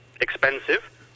expensive